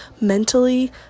mentally